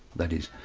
that is,